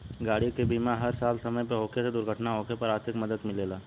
गाड़ी के बीमा हर साल समय पर होखे से दुर्घटना होखे पर आर्थिक मदद मिलेला